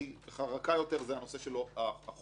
הנושא של החובות